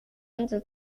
until